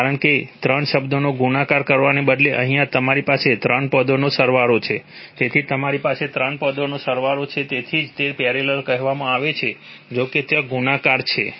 કારણ કે ત્રણ શબ્દોનો ગુણાકાર કરવાને બદલે અહિંયા તમારી પાસે ત્રણ પદોનો સરવાળો છે તેથી તમારી પાસે ત્રણ પદોનો સરવાળો છે તેથી જ તેને પેરેલલ કહેવામાં આવે છે જો કે ત્યાં ગુણાકાર છે